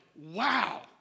Wow